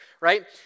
right